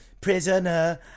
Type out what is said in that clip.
Prisoner